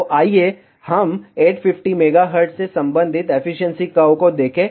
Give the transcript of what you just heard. तो आइए हम 850 MHz से संबंधित एफिशिएंसी कर्व को देखें